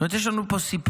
זאת אומרת, יש לנו פה סיפור